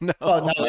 no